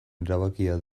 erabakia